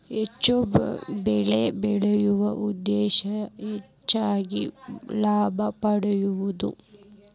ಹೆಚ್ಚು ಬೆಳಿ ಬೆಳಿಯು ಉದ್ದೇಶಾ ಹೆಚಗಿ ಲಾಭಾ ಪಡಿಯುದು